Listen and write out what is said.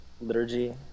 liturgy